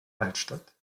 altstadt